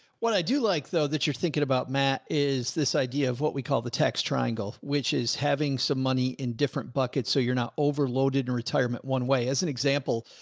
what i do like though, that you're thinking about matt is this idea of what we call the techs triangle, which is having some money in different buckets. so you're not overloaded in retirement. one way as an example,